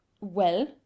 Well